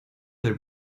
del